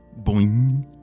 Boing